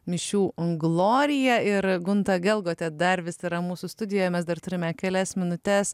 mišių glorija ir gunta gelgotė dar vis yra mūsų studijoje mes dar turime kelias minutes